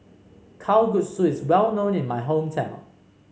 kalguksu is well known in my hometown